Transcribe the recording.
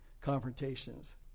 confrontations